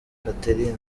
catherine